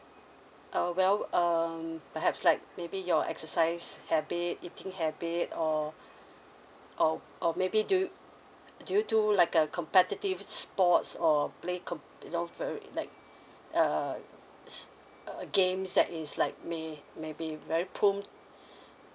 uh well um perhaps like maybe your exercise habit eating habit or or or maybe do you do you do like uh competitive sports or play com you know very like err is uh games that is like may maybe very prone